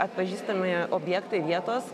atpažįstami objektai vietos